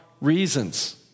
reasons